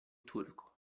turco